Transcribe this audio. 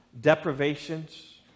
deprivations